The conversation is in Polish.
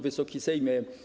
Wysoki Sejmie!